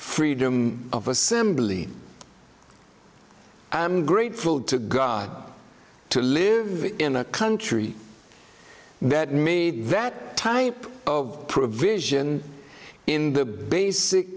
freedom of assembly i'm grateful to god to live in a country that made that type of provision in the basic